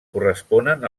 corresponen